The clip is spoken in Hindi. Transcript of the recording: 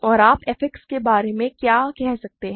और आप f X के बारे में क्या कह सकते हैं